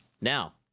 now